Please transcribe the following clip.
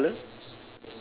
red in colour